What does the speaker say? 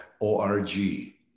O-R-G